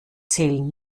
zählen